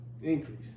increase